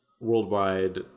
worldwide